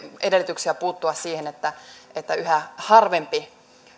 edellytyksiä puuttua siihen niin että yhä harvempi